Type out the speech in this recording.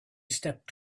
stepped